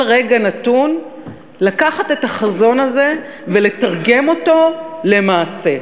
רגע נתון לקחת את החזון הזה ולתרגם אותו למעשה.